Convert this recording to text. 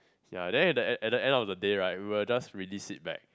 ya then at the at the end of day right we will just release it back